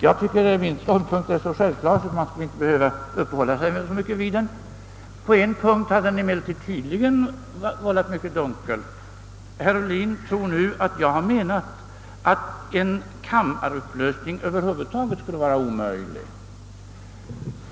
Jag tycker annars att min ståndpunkt är så självklar, att man inte skulle be höva uppehålla sig med att diskutera den. På en punkt har den emellertid tydligen förefallit mycket dunkel: herr Ohlin tror att jag har menat att en kammarupplösning över huvud taget skulle vara omöjlig.